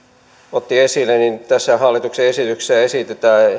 otti esille niin tässä hallituksen esityksessä esitetään